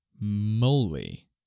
moly